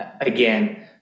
again